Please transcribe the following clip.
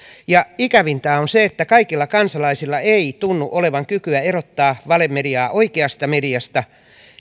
ja ikävintä on se että kaikilla kansalaisilla ei tunnu olevan kykyä erottaa valemediaa oikeasta mediasta